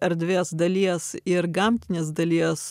erdvės dalies ir gamtinės dalies